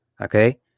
Okay